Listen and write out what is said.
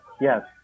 yes